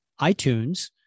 itunes